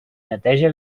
neteja